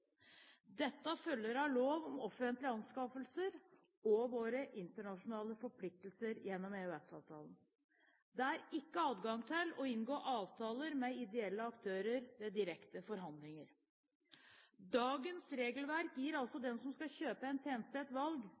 Dette følger av lov om offentlige anskaffelser og av våre internasjonale forpliktelser gjennom EØS-avtalen. Det er ikke adgang til å inngå avtaler med ideelle aktører ved direkte forhandlinger. Dagens regelverk gir altså den som skal kjøpe en tjeneste, et valg: